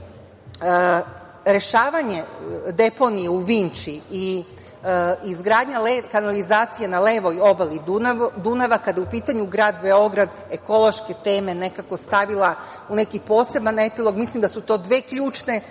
rešavanje deponije u Vinči i izgradnja kanalizacije na levoj obali Dunava, kada je u pitanju grad Beograd, ekološke teme nekako stavila u neki poseban epilog. Mislim da su to dve ključne